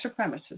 supremacists